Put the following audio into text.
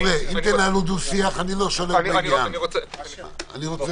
אני חושב שחשוב,